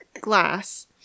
glass